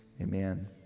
Amen